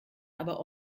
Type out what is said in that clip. aber